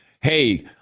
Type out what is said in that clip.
Hey